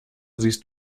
siehst